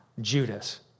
Judas